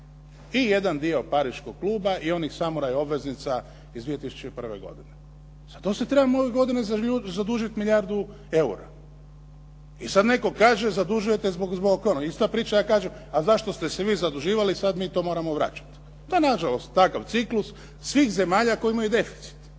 I jedan dio pariškog kluba i onih samuraj obveznica iz 2001. godine. Za to se trebamo ove godine zadužiti milijardu eura. I sad netko kaže zadužujete zbog ono. Ista priča, ja kažem zašto ste se vi zaduživali, sad mi to moramo vraćati. Nažalost, takav je ciklus svih zemalja koje imaju deficit,